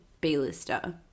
B-lister